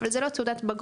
אבל זה לא תעודת בגרות.